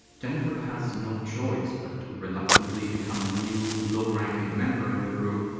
jennifer has no choice but to reluctantly become a new, low-ranking member of the group,